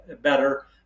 better